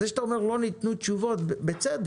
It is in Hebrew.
זה שאתה אומר שלא ניתנו תשובות בצדק.